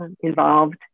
involved